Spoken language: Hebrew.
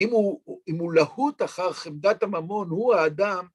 אם הוא להוט אחר חמדת הממון, הוא האדם,